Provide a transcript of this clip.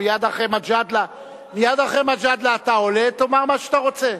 מייד אחרי מג'אדלה אתה עולה, תאמר מה שאתה רוצה.